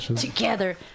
Together